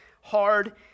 hard